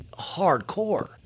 hardcore